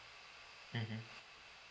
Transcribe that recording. mmhmm